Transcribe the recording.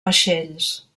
vaixells